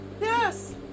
Yes